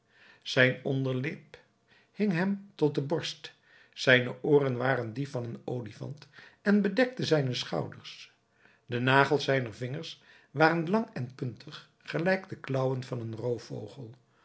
zijn onderlip hing hem tot de borst zijne ooren waren die van een olifant en bedekten zijne schouders de nagels zijner vingers waren lang en puntig gelijk de klaauwen van een roofvogel